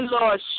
Lord